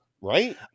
right